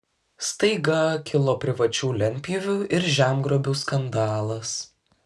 staiga kilo privačių lentpjūvių ir žemgrobių skandalas